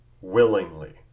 willingly